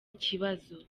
ikibazo